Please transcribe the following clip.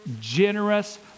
generous